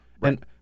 Right